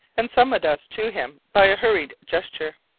and summoned us to him by a hurried gesture.